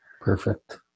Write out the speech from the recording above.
perfect